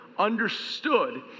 understood